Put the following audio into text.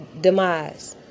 demise